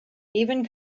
even